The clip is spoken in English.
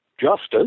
justice